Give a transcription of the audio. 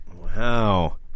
Wow